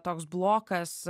toks blokas